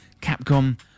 Capcom